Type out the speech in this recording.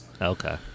Okay